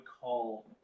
call